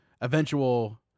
eventual